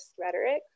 rhetoric